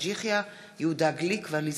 אלי כהן,